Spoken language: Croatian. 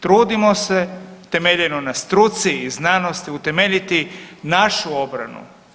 Trudimo se temeljeno na struci i znanosti utemeljiti našu obranu.